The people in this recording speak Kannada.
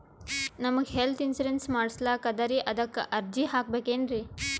ನಮಗ ಹೆಲ್ತ್ ಇನ್ಸೂರೆನ್ಸ್ ಮಾಡಸ್ಲಾಕ ಅದರಿ ಅದಕ್ಕ ಅರ್ಜಿ ಹಾಕಬಕೇನ್ರಿ?